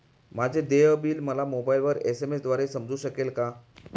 माझे देय बिल मला मोबाइलवर एस.एम.एस द्वारे समजू शकेल का?